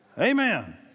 Amen